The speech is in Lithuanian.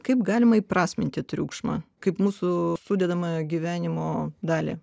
kaip galima įprasminti triukšmą kaip mūsų sudedamąją gyvenimo dalį